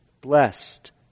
blessed